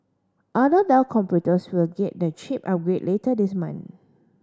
other Dell computers will get the chip upgrade later this month